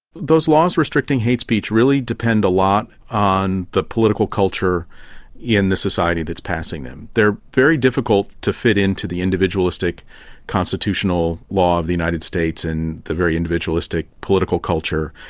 those laws restricting hate speech really depend a lot on the political culture in the society that is passing them. they are very difficult to fit in to the individualistic constitutional law of the united states and the very individualistic political culture.